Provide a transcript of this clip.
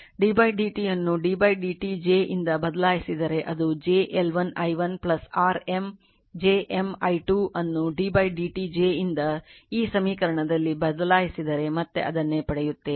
ddt ಅನ್ನು ddt j ಯಿಂದ ಬದಲಾಯಿಸಿದರೆ ಇದು j L1 i1 r M j M i 2 ಅನ್ನು ddt j ಯಿಂದ ಈ ಸಮೀಕರಣದಲ್ಲಿ ಬದಲಾಯಿಸಿದರೆ ಮತ್ತೆ ಅದನ್ನೇ ಪಡೆಯುತ್ತೇವೆ